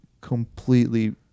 completely